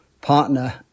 partner